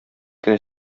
кенә